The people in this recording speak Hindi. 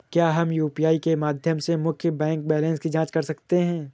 क्या हम यू.पी.आई के माध्यम से मुख्य बैंक बैलेंस की जाँच कर सकते हैं?